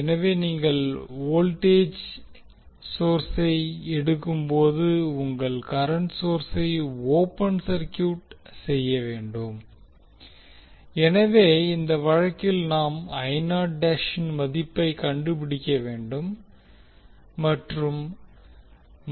எனவே நீங்கள் வோல்டேஜ் சோர்ஸை எடுக்கும்போது உங்கள் கரண்ட் சோர்ஸை ஓபன் சர்கியூட் செய்ய வேண்டும் எனவே இந்த வழக்கில் நாம் இன் மதிப்பை கண்டுபிடிக்க வேண்டும் மற்றும்